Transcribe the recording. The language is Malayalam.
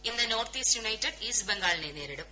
ഇന്ന് നോർത്ത് ഈസ്റ്റ് യുണൈറ്റഡ് ഈസ്റ്റ് ബംഗാളിനെ നേരിടും